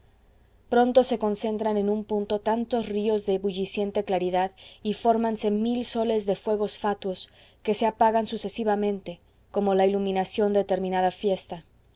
pronto se concentran en un punto tantos ríos de ebulliciente claridad y fórmanse mil soles de fuegos fatuos que se apagan sucesivamente como la iluminación de terminada fiesta